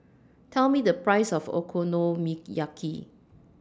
Tell Me The Price of Okonomiyaki